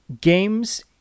Games